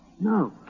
No